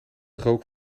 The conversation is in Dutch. rook